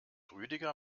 rüdiger